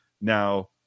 Now